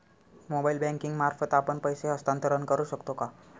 Mobile banking मार्फत आपण पैसे हस्तांतरण करू शकतो का?